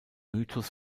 mythos